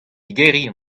digeriñ